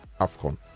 afcon